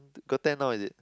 got ten now is it